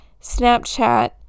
Snapchat